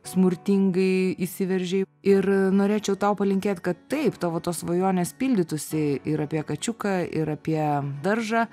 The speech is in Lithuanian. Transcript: smurtingai įsiveržė ir norėčiau tau palinkėt kad taip tavo tos svajonės pildytųsi ir apie kačiuką ir apie daržą